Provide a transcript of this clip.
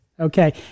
Okay